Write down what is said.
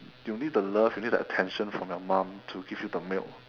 you need the love you need the attention from your mum to give you the milk